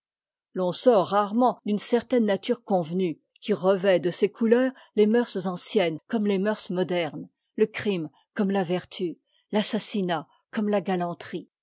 sort rarement d'une certaine nature convenue qui revêt de tes couleurs les mœurs anciennes comme les mœurs modernes le crime comme la vertu l'assassinat comme la galanterie